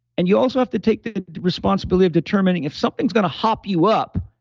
and you also have to take the responsibility of determining if something's going to hop you up,